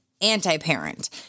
anti-parent